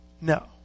No